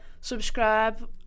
subscribe